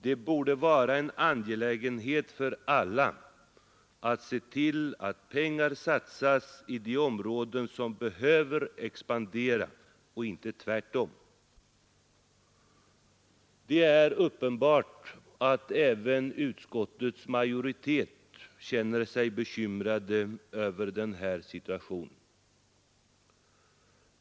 Det borde vara en angelägenhet för alla att se till att pengar satsas i de områden som behöver expandera — och inte tvärtom. Det är uppenbart att även utskottets majoritet känner sig bekymrad över den här situationen.